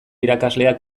irakaslea